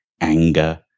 anger